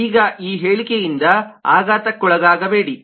ಈಗ ಈ ಹೇಳಿಕೆಯಿಂದ ಆಘಾತಕ್ಕೊಳಗಾಗಬೇಡಿ